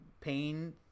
pain